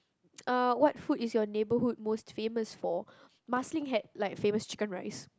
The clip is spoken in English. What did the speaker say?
uh what food is your neighbourhood most famous for Marsiling had like famous chicken rice